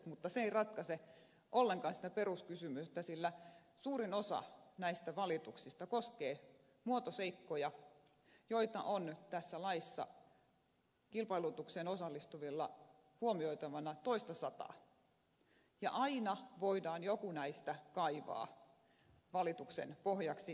mutta se ei ratkaise ollenkaan sitä peruskysymystä sillä suurin osa näistä valituksista koskee muotoseikkoja joita on nyt tässä laissa kilpailutukseen osallistuvilla huomioitavana toistasataa ja aina voidaan joku näistä kaivaa valituksen pohjaksi ja perusteeksi